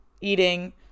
eating